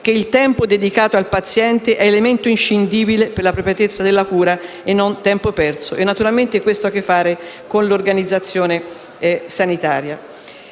che il tempo dedicato al paziente è elemento inscindibile per l'appropriatezza della cura e non tempo perso. Naturalmente questo ha a che fare con l'organizzazione sanitaria.